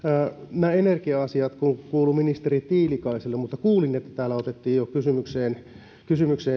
nämä energia asiat kuuluvat ministeri tiilikaiselle mutta kuulin että täällä otettiin jo kantaa siihen kysymykseen